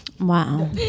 Wow